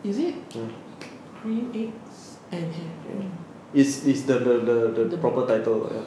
is it three eggs and ham